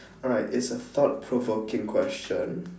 alright it's a thought provoking question